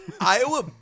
Iowa